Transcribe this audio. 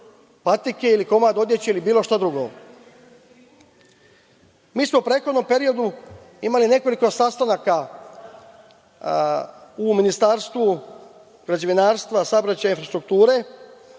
patike, ili komad odeće, ili bilo šta drugo.U prethodnom smo periodu imali nekoliko sastanaka u Ministarstvu građevinarstva, saobraćaja i infrastrukture.